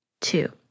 two